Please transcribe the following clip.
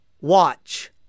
Watch